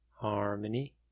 Harmony